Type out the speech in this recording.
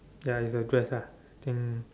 ya it's a dress ah I think